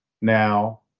now